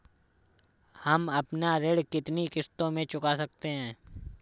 हम अपना ऋण कितनी किश्तों में चुका सकते हैं?